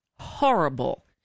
horrible